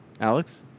Alex